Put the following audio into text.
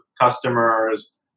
customers